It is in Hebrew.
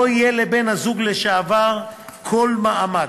לא יהיה לבן-הזוג לשעבר כל מעמד,